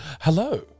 Hello